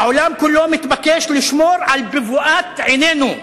העולם כולו מתבקש לשמור על בבת עינינו: